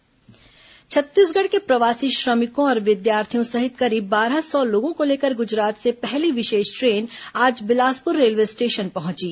corona श्रमिक train वापसी छत्तीसगढ़ के प्रवासी श्रमिकों और विद्यार्थियों सहित करीब बारह सौ लोगों को लेकर गुजरात से पहली विशेष ट्रेन आज बिलासपुर रेलवे स्टेशन पहुंची